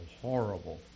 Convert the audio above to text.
horrible